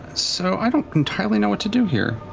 so i don't entirely know what to do here.